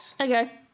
Okay